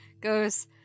goes